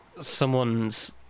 someone's